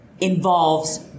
involves